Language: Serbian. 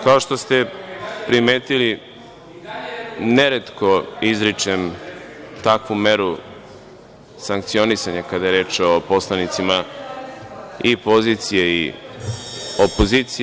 Kao što ste primetili, neretko izričem takvu meru sankcionisanja, kada je reč o poslanicima i pozicije i opozicije.